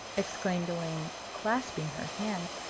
exclaimed elaine, clasping her hands.